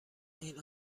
این